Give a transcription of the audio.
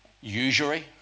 usury